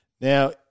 Now